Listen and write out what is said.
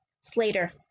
Slater